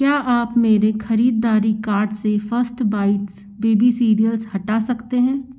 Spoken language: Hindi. क्या आप मेरे खरीदारी कार्ट से फ़र्स्ट बाईटस बेबी सीरियल्स हटा सकते हैं